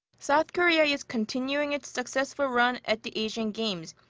south korea is continuing its successful run at the asian games,